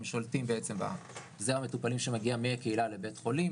הם שולטים על אילו מטופלים שמגיעים מהקהילה לבית חולים.